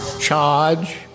charge